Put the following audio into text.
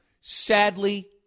Sadly